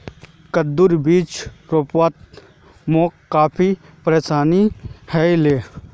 कद्दूर बीज रोपवात मोक काफी परेशानी ह ले